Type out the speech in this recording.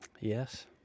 Yes